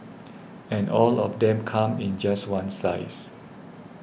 and all of them come in just one size